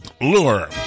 lure